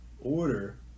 order